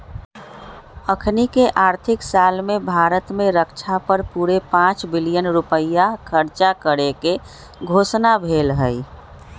अखनीके आर्थिक साल में भारत में रक्षा पर पूरे पांच बिलियन रुपइया खर्चा करेके घोषणा भेल हई